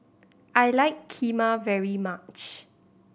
I like Kheema very much